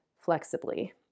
flexibly